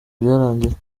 byarangiye